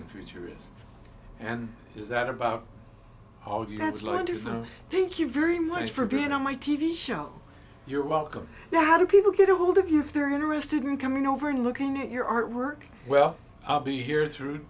and future is and is that about all you had to learn to know thank you very much for being on my t v show you're welcome now how do people get a hold of you if they're interested in coming over and looking at your artwork well i'll be here through